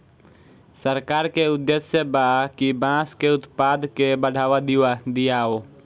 सरकार के उद्देश्य बा कि बांस के उत्पाद के बढ़ावा दियाव